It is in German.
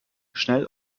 schnell